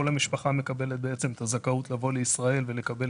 כל המשפחה מקבלת בעצם את הזכאות לבוא לישראל ולקבל